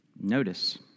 Notice